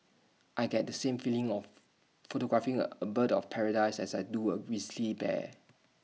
I get the same feeling of photographing A a bird of paradise as I do A grizzly bear